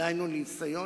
דהיינו ניסיון